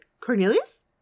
Cornelius